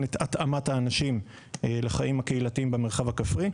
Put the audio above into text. את התאמת האנשים לחיים הקהילתיים במרחב הכפרי,